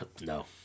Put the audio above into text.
No